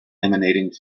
emanating